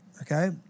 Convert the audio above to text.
Okay